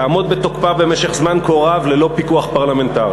תעמוד בתוקפה במשך זמן כה רב ללא פיקוח פרלמנטרי.